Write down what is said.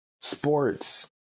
sports